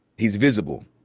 he's visible.